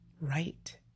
right